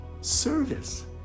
service